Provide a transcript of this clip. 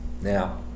Now